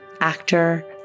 actor